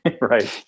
Right